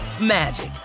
magic